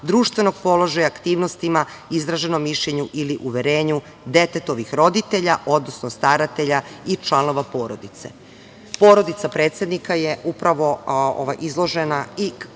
društvenog položaja, aktivnostima, izraženom mišljenju ili uverenju detetovih roditelja, odnosno staratelja i članova porodice. Porodica predsednika je upravo izložena stalnom